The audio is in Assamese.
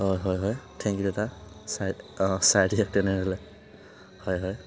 হয় হয় হয় থেংক ইউ দাদা চাই অ' চাই দিয়ক তেনে'হলে হয় হয়